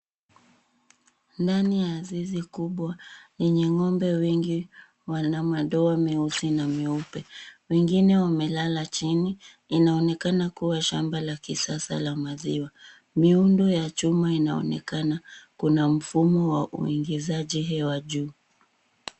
Ndani ya zizi kubwa yenye ng'ombe wengi. Wana madoa meusi na meupe. Wengine wamelala chini. Inaonekana kuwa shamba la kisasa la maziwa. Miundo ya chuma inaonekana. Kuna mfumo wa uingizaji hewa juu.